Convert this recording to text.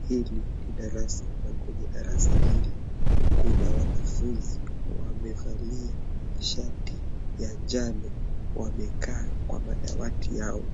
Hili ni darasa, na kwenye darasa hili kuna wanafunzi wamevalia shati ya njano, wamekaa kwa madawati yao,